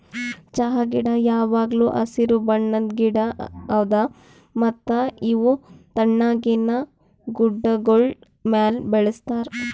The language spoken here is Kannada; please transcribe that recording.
ಚಹಾ ಗಿಡ ಯಾವಾಗ್ಲೂ ಹಸಿರು ಬಣ್ಣದ್ ಗಿಡ ಅದಾ ಮತ್ತ ಇವು ತಣ್ಣಗಿನ ಗುಡ್ಡಾಗೋಳ್ ಮ್ಯಾಲ ಬೆಳುಸ್ತಾರ್